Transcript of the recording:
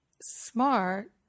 smart